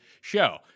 show